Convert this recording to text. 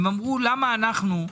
הם אמרו: למה אנחנו,